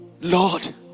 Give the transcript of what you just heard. Lord